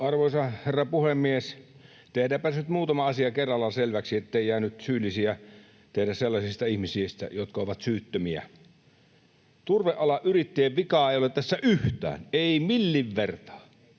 Arvoisa herra puhemies! Tehdäänpäs nyt muutama asia kerralla selväksi, ettei nyt syyllisiä tehdä sellaisista ihmisistä, jotka ovat syyttömiä. Turvealan yrittäjien vikaa ei ole tässä yhtään, ei millin vertaa.